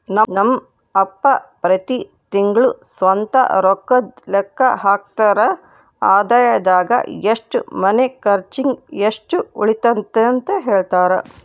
ನಮ್ ಅಪ್ಪ ಪ್ರತಿ ತಿಂಗ್ಳು ಸ್ವಂತ ರೊಕ್ಕುದ್ ಲೆಕ್ಕ ಹಾಕ್ತರ, ಆದಾಯದಾಗ ಎಷ್ಟು ಮನೆ ಕರ್ಚಿಗ್, ಎಷ್ಟು ಉಳಿತತೆಂತ ಹೆಳ್ತರ